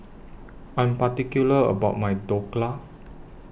I Am particular about My Dhokla